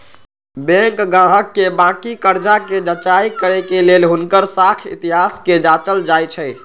bank गाहक के बाकि कर्जा कें जचाई करे के लेल हुनकर साख इतिहास के जाचल जाइ छइ